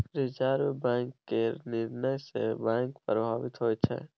reserve bank केर निर्णय सँ बैंक प्रभावित होइ छै